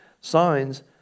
Signs